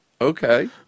Okay